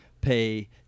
pay